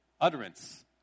utterance